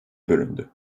bölündü